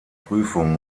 prüfung